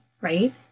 right